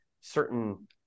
certain